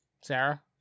Sarah